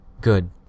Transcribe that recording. Good